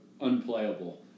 unplayable